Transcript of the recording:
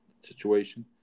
situation